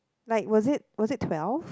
like was it was it twelve